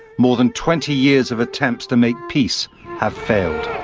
more than twenty years of attempts to make peace have failed.